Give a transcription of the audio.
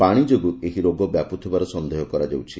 ପାଣି ଯୋଗୁଁ ଏହି ରୋଗ ବ୍ୟାପୁଥିବାର ସନେହ କରାଯାଉଛି